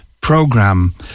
program